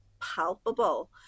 palpable